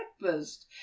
breakfast